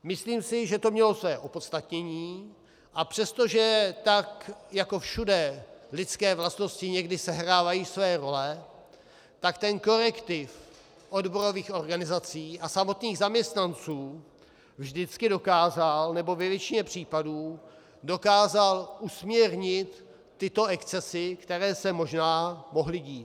Myslím si, že to mělo své opodstatnění, a přestože tak jako všude lidské vlastnosti někdy sehrávají své role, tak ten korektiv odborových organizací a samotných zaměstnanců vždycky, nebo ve většině případů dokázal usměrnit tyto excesy, které se možná mohly dít.